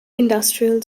industrial